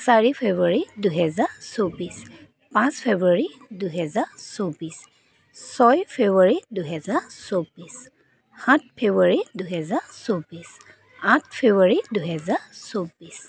চাৰি ফেব্ৰুৱাৰী দুহেজাৰ চৌব্বিছ পাঁচ ফেব্ৰুৱাৰী দুহেজাৰ চৌব্বিছ ছয় ফেব্ৰুৱাৰী দুহেজাৰ চৌব্বিছ সাত ফেব্ৰুৱাৰী দুহেজাৰ চৌব্বিছ আঠ ফেব্ৰুৱাৰী দুহেজাৰ চৌব্বিছ